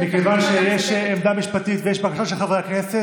מכיוון שיש עמדה משפטית ויש בקשה של חברי הכנסת,